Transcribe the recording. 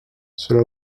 cela